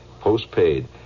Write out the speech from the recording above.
postpaid